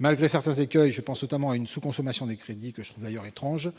Malgré certains écueils- je pense notamment à une sous-consommation des crédits, que je trouve d'ailleurs étrange